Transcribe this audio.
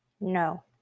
No